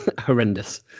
horrendous